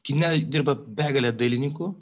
kine dirba begalė dailininkų